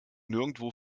nirgendwo